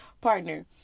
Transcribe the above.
partner